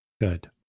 Good